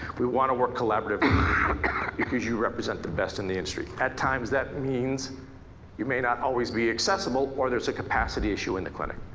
we want to work collaboratively because you represent the best in the industry. at times that means you may not always be accessible or there's a capacity issue in the clinic.